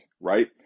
right